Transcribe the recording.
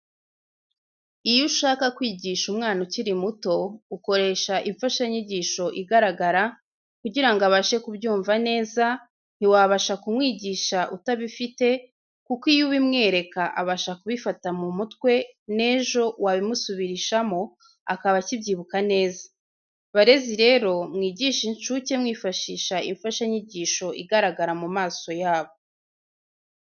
Iyu ushaka kwigisha umwana ukiri muto ukoresha imfashanyigisho igaragara kugira ngo abashe kubyumva neza, ntiwabasha kumwigisha utabifite kuko iyo ubimwereka abasha kubifata mu mutwe n'ejo wabimusubirishamo akaba akibyibuka neza. Barezi rero mwigishe incuke mwifashisha imfashanyigisho igaragara mu maso yabo.